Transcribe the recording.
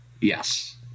yes